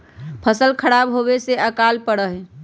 फसल खराब होवे से अकाल पडड़ा हई